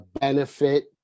benefit